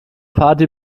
party